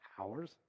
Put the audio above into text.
hours